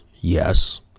Yes